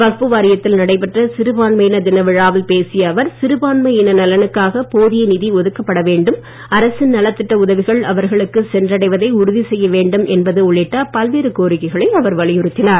வக்பு வாரியத்தில் நடைபெற்ற சிறுபான்மையினர் தினவிழாவில் பேசிய அவர் சிறுபான்மை இன நலனுக்காக போதிய நிதி ஒதுக்கப்பட வேண்டும் அரசின் நலத்திட்ட உதவிகள் அவர்களுக்கு சென்றடைவதை உறுதி செய்ய வேண்டும் என்பது உள்ளிட்ட பல்வேறு கோரிக்கைகளை அவர் வலியுத்தினார்